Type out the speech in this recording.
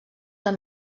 del